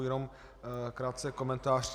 Jenom krátký komentář.